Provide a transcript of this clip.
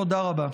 תודה רבה.